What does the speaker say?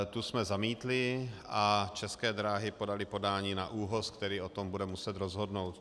Tu jsme zamítli a České dráhy podaly podání na ÚOHS, který o tom bude muset rozhodnout.